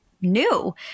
new